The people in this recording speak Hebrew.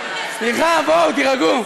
הבנתם, סליחה, בואו תירגעו.